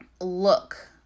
look